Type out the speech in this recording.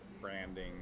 branding